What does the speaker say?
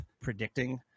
predicting